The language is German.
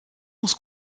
muss